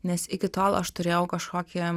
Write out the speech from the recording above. nes iki tol aš turėjau kažkokį